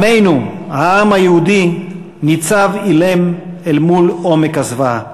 עמנו, העם היהודי, ניצב אילם אל מול עומק הזוועה.